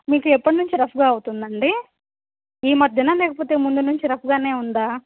మీకు ఎప్పటినుంచి రఫ్గా అవుతుందండి ఈ మధ్యన లేకపోతే ముందు నుంచి రఫ్గానే ఉందా